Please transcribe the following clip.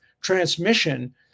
transmission